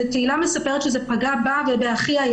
תהילה מספרת שזה פגע בה ובאחיה.